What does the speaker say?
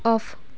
of